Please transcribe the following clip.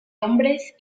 hombres